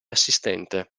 assistente